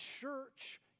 church